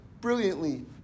brilliantly